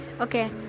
okay